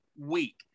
week